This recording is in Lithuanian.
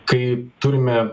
kai turime